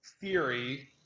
theory